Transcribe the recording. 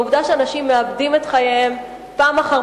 העובדה שאנשים מאבדים את חייהם פעם אחר